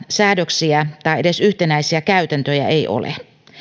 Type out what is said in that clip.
säädöksiä tai edes yhtenäisiä käytäntöjä ei ole